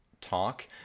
talk